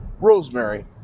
Rosemary